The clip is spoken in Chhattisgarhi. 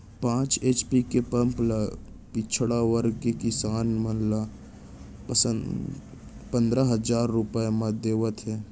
पांच एच.पी के पंप ल पिछड़ा वर्ग के किसान मन ल पंदरा हजार रूपिया म देवत हे